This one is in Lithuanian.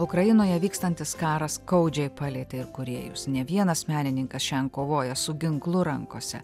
ukrainoje vykstantis karas skaudžiai palietė ir kūrėjus ne vienas menininkas šiandien kovoja su ginklu rankose